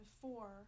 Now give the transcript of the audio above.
four